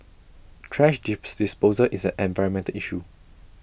thrash dips disposal is an environmental issue